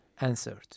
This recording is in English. answered